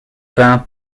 peints